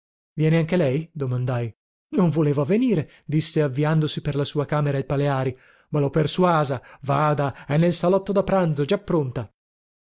viene anche lei domandai non voleva venire disse avviandosi per la sua camera il paleari ma lho persuasa vada è nel salotto da pranzo già pronta